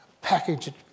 package